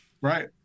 right